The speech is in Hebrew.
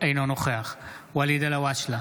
אינו נוכח ואליד אלהואשלה,